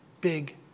big